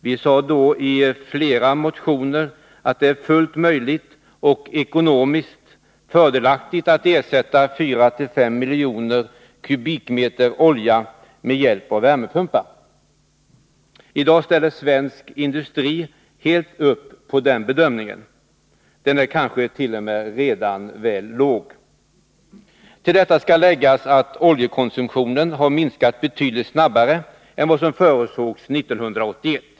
Vi sade då i flera motioner att det är fullt möjligt och ekonomiskt fördelaktigt att ersätta 4-5 miljoner m? olja med hjälp av värmepumpar. I dag ställer svensk industri helt upp på den bedömningen. Den kanske t.o.m. redan är för låg. Till detta skall läggas att oljekonsumtionen har minskat betydligt snabbare än vad som förutsågs 1981.